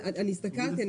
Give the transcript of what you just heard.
אבל אני הסתכלתי.